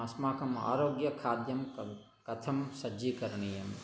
अस्माकम् आरोग्यखाद्यं कथं कथं सज्जीकरणीयम्